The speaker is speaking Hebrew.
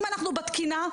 אם אנחנו בתקינה,